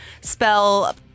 spell